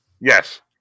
Yes